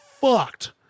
fucked